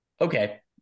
okay